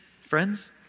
friends